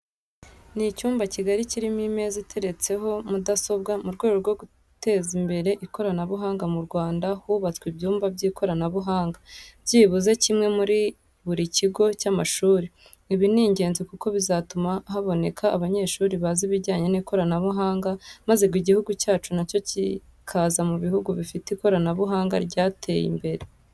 Ni icyumba kigari kirimo imeza iteretseho za mudasobwa. Mu rwego rwo guteza imbere ikoranabuhanga mu Rwanda hubatswe ibyumba by'ikoranabuhanga, byibuze kimwe muri buri kigo cy'amashuri. Ibi ni ingenzi kuko bizatuma haboneka abanyeshuri bazi ibyijyanye n'ikoranabuhanga, maze Igihugu cyacu na cyo kikaza mu bihugu bifite ikoranabuhanga ryateye imbere.